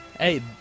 Hey